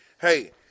hey